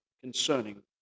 concerning